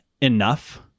enough